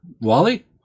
wally